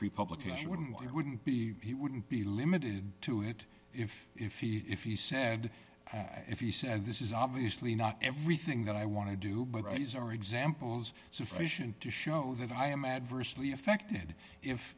pre publication wouldn't you wouldn't be he wouldn't be limited to it if if he if he said if he said this is obviously not everything that i want to do but these are examples sufficient to show that i am adversely affected if